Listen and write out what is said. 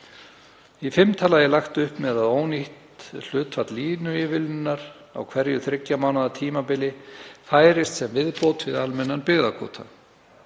Í fimmta lagi er lagt upp með að ónýtt hlutfall línuívilnunar á hverju þriggja mánaða tímabili færist sem viðbót við almennan byggðakvóta.